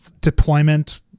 deployment